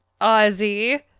Ozzy